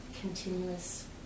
continuous